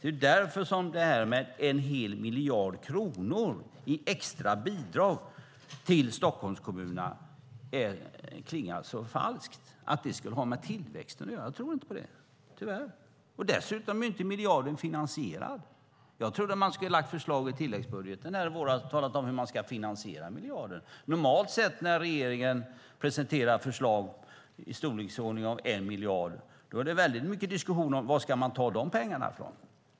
Det är därför som detta att en hel miljard kronor i extra bidrag till Stockholmskommunerna skulle ha med tillväxt att göra klingar så falskt. Jag tror inte på det, tyvärr. Dessutom är inte miljarden finansierad. Jag trodde att man skulle lägga förslaget i tilläggsbudgeten i våras och tala om hur man skulle finansiera miljarden. Normalt sett när regeringen presenterar förslag som kostar i storleksordningen en miljard är det väldigt mycket diskussioner om var man ska ta pengarna från.